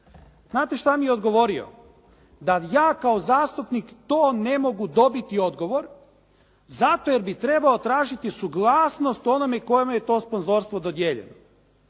Znate šta mi je odgovorio, da ja kao zastupnik to ne mogu dobiti odgovor zato jer bi trebao tražiti suglasnost onome kome je to sponzorstvo dodijeljeno.